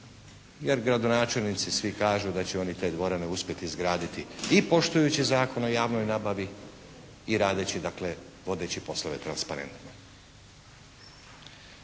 jer gradonačelnici svi kažu da će oni te dvorane uspjeti izgraditi i poštujući Zakon o javnoj nabavi i radeći, dakle vodeći poslove transparentno.